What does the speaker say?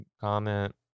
comment